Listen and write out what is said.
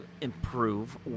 improve